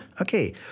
Okay